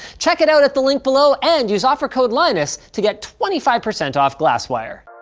check it out at the link below and use offer code linus to get twenty five percent off glasswire.